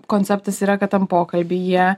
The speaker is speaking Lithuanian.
konceptas yra kad tam pokalbyje